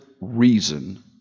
reason